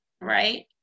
right